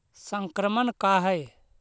संक्रमण का है?